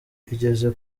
igeze